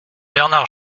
bernard